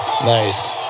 Nice